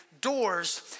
doors